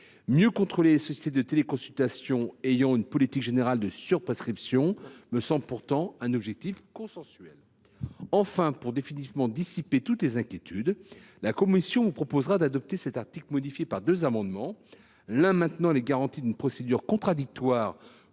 mieux contrôler les sociétés de téléconsultation ayant une politique générale de surprescription me semble pourtant constituer un objectif consensuel. Enfin, pour définitivement dissiper toutes les inquiétudes, la commission vous proposera d’adopter cet article modifié par deux amendements, l’un visant à maintenir les garanties d’une procédure contradictoire